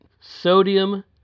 Sodium